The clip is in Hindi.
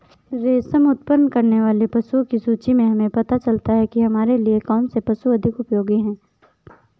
रेशम उत्पन्न करने वाले पशुओं की सूची से हमें पता चलता है कि हमारे लिए कौन से पशु अधिक उपयोगी हैं